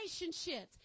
relationships